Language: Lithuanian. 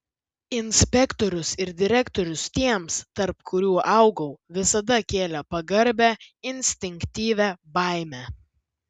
inspektorius ir direktorius tiems tarp kurių augau visada kėlė pagarbią instinktyvią baimę